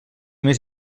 més